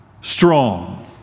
strong